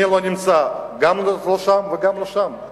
אני לא נמצא לא שם וגם לא שם.